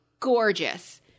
gorgeous